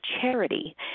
charity